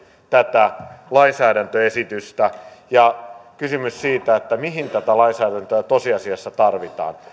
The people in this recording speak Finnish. tätä lainsäädäntöesitystä ja kysymys siitä mihin tätä lainsäädäntöä tosiasiassa tarvitaan